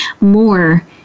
more